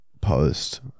post